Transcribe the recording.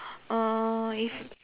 uh if